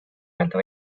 öelda